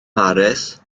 mharis